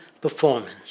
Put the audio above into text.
performance